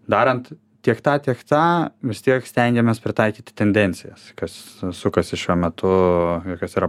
darant tiek tą tiek tą vis tiek stengiamės pritaikyti tendencijas kas sukasi šiuo metu kas yra